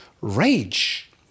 rage